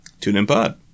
TuneInPod